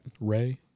Ray